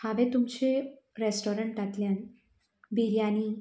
हांवें तुमच्या रेस्टोरंटांतल्यान बिर्याणी